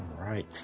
Right